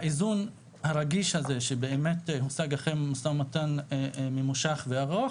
האיזון הרגיש הזה שבאמת הושג אחרי משא ומתן ממושך וארוך,